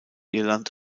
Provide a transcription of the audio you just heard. irland